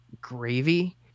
gravy